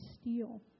steal